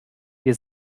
wir